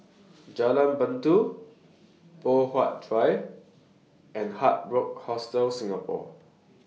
Jalan Batu Poh Huat Drive and Hard Rock Hostel Singapore